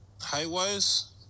Height-wise